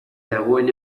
dagoen